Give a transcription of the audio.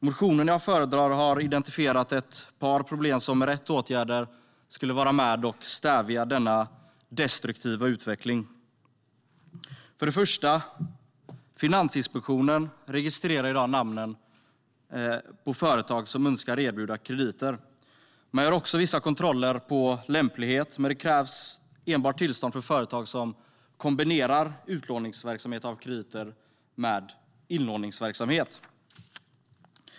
Motionen jag föredrar har identifierat ett par problem, och med rätt åtgärder skulle vi kunna stävja denna destruktiva utveckling. Finansinspektionen registrerar i dag namnen på företag som önskar erbjuda krediter. Man gör också vissa kontroller av lämplighet, men det krävs enbart tillstånd för företag som kombinerar utlåningsverksamhet av krediter med inlåningsverksamhet.